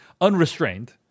unrestrained